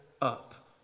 up